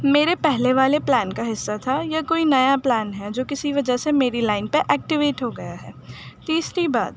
میرے پہلے والے پلان کا حصہ تھا یا کوئی نیا پلان ہے جو کسی وجہ سے میری لائن پہ ایکٹیویٹ ہو گیا ہے تیسری بات